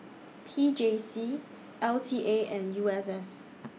P J C L T A and U S S